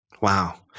Wow